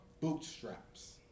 bootstraps